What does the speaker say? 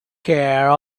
care